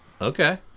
Okay